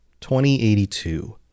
2082